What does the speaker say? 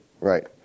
Right